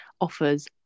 offers